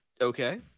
okay